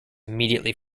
immediately